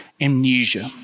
amnesia